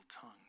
tongue